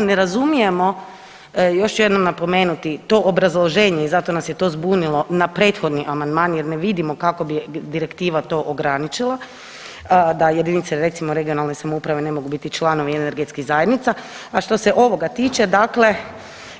Ne razumijemo, još ću jednom napomenuti, to obrazloženje i zato nas je to zbunilo, na prethodni amandman jer ne vidimo kako bi Direktiva to ograničila da jedinice, recimo, regionalne samouprave ne mogu biti članovi energetskih zajednica, a što se ovoga tiče, dakle,